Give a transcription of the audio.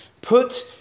Put